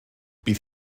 bydd